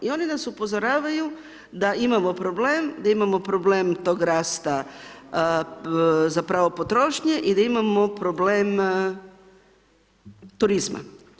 I oni nas upozoravaju da imamo problem da imamo problem tog rasta zapravo potrošnje i da imamo problem turizma.